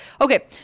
Okay